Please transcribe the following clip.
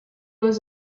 was